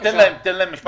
תן להם, אני אחריהם.